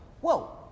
whoa